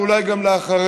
ואולי גם אחריה.